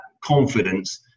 confidence